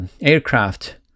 aircraft